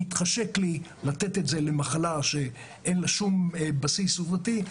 אם מתחשק לי לתת את זה למחלה שאין לה שום בסיס עובדתי,